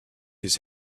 his